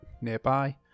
nearby